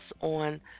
on